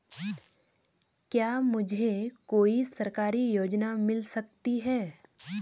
क्या मुझे कोई सरकारी योजना मिल सकती है?